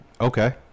Okay